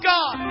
God